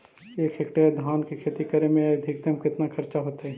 एक हेक्टेयर धान के खेती करे में अधिकतम केतना खर्चा होतइ?